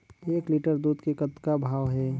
एक लिटर दूध के कतका भाव हे?